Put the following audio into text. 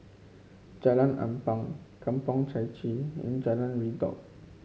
Jalan Ampang Kampong Chai Chee and Jalan Redop